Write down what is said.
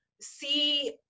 see